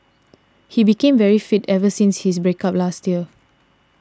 he became very fit ever since his break up last year